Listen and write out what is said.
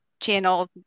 channel